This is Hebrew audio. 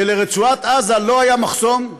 שלרצועת עזה לא היה מחסום?